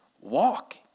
Walk